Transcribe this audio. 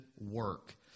work